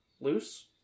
loose